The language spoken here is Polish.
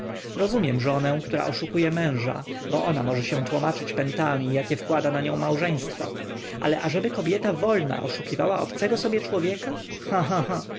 rozumiem żonę która oszukuje męża bo ona może się tłomaczyć pętami jakie wkłada na nią małżeństwo ale ażeby kobieta wolna oszukiwała obcego sobie człowieka